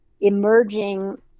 emerging